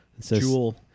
Jewel